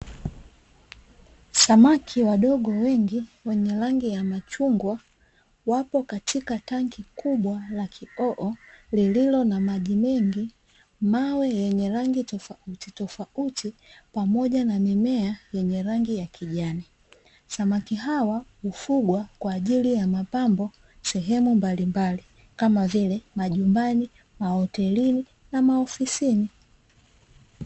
Samaki wadogo wengi wenye rangi ya machungwa, wapo katika tangi kubwa la kioo lililo na maji mengi, mawe yenye utofautitofauti, pamoja na mimea yenye rangi ya kijani. Samaki hawa hufugwa kwa ajili ya mapambo sehemu mbalimbali , kama vile: majumbani, mahotelini na maofisini.